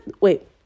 wait